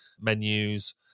menus